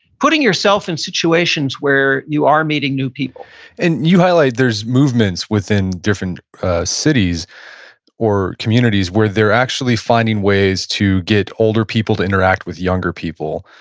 putting yourself in situations where you are meeting new people and you highlight, there's movements within different cities or communities where they're actually finding ways to get older people to interact with younger people.